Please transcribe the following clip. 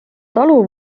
talu